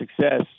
success